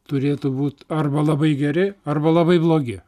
turėtų būt arba labai geri arba labai blogi